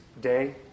day